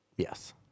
Yes